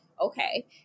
okay